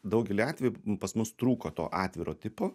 daugelį atvejų pas mus trūko to atviro tipo